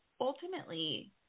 ultimately